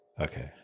Okay